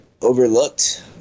overlooked